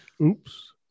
oops